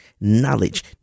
knowledge